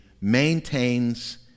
maintains